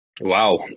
Wow